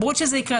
ההסתברות שזה יקרה,